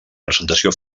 presentació